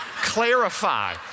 clarify